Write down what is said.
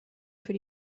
für